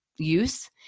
use